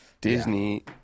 Disney